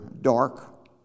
dark